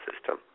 system